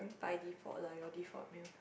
by default lah your default meal